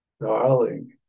Darling